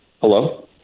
Hello